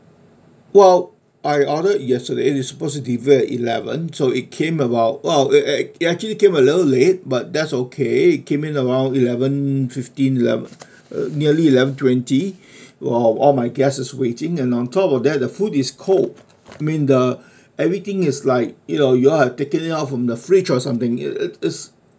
well I ordered yesterday it's was supposed to be delivered at eleven so it came about well uh uh actually came a little late but that's okay it came in around eleven fifteen eleven nearly eleven twenty well all my guess is waiting and on top of that the food is cold I mean the everything is like you know y'all are taking it out from the fridge or something it it's